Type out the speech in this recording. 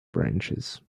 branches